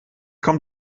kommt